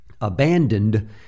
abandoned